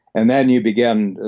and then you begin.